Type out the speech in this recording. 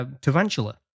tarantula